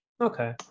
okay